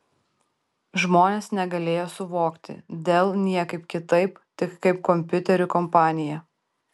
žmonės negalėjo suvokti dell niekaip kitaip tik kaip kompiuterių kompaniją